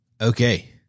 Okay